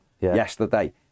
yesterday